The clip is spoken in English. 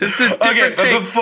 Okay